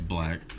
Black